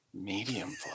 Medium